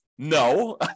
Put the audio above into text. No